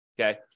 okay